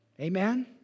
Amen